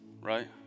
right